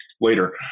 later